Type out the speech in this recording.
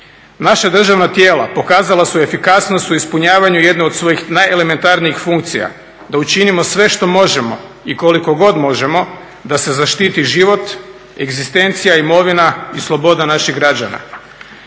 Naša državna tijela pokazala su efikasnost u ispunjavanju jedne od svojih najelementarnijih funkcija, da učinimo sve što možemo i koliko god možemo da se zaštiti život, egzistencija, imovina i sloboda naših građana.